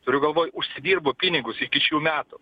turiu galvoj užsidirbo pinigus iki šių metų